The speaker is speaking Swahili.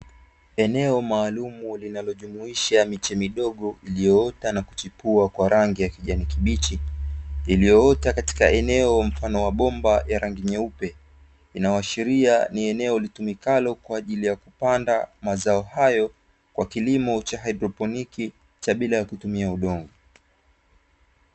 Eneo maalumu linalojumuisha miche midogo iliyoota na kuchipua kwa rangi ya kijani kibichi, iliyoota katika eneo mfano wa bomba jeupe. Linaloashiria ni eneo litumikalo kwa ajili ya kupanda mazao hayo kwa kilimo cha hydroponi cha bila ya kutumia udongo.